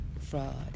fraud